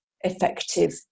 effective